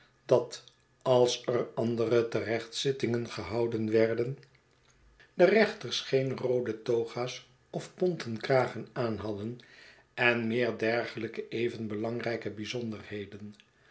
dat als er andere terechtzittingen gehouden werden de rechters geen roode toga's of bonten kragen aan hadden en meer dergelijke even belangrijke bijzonderheden